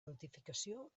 notificació